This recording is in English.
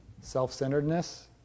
self-centeredness